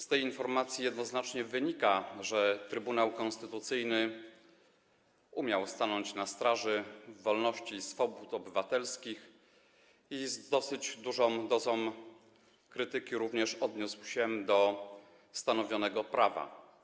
Z tej informacji jednoznacznie wynika, że Trybunał Konstytucyjny umiał stanąć na straży wolności i swobód obywatelskich i że z dosyć dużą dozą krytyki odniósł się do stanowionego prawa.